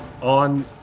on